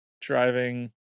driving